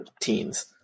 teens